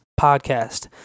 podcast